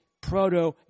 proto